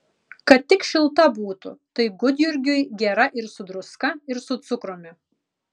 kad tik šilta būtų tai gudjurgiui gera ir su druska ir su cukrumi